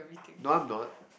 no I'm not